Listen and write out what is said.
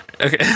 okay